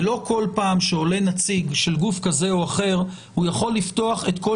ולא כל פעם שעולה נציג של גוף כזה או אחר הוא יכול לפתוח את כל